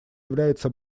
является